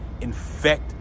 Infect